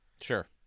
Sure